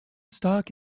stock